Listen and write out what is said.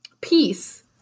peace